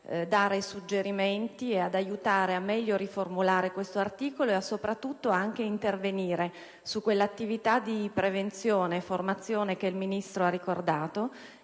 dare suggerimenti e ad aiutare a meglio riformulare quell'articolo e, soprattutto, ad intervenire su quell'attività di prevenzione e formazione che il Ministro ha ricordato